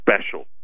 Special